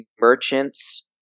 merchants